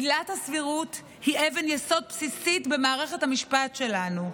עילת הסבירות היא אבן יסוד בסיסית במערכת המשפט שלנו.